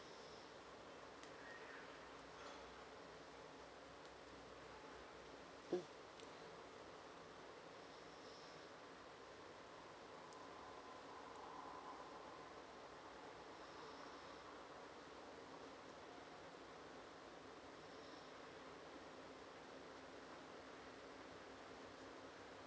mm